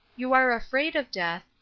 you are afraid of death,